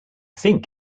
think